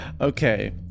Okay